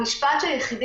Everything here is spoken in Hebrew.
המשפט היחיד,